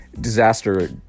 disaster